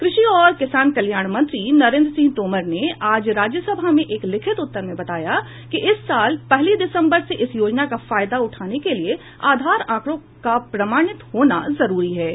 क्रषि और किसान कल्याण मंत्री नरेंद्र सिंह तोमर ने आज राज्यसभा में एक लिखित उत्तर में बताया कि इस साल पहली दिसम्बर से इस योजना का फायदा उठाने के लिए आधार आंकड़ों का प्रमाणित होना जरूरी होगा